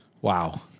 Wow